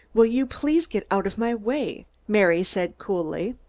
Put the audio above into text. will you please get out of my way? mary said coldly.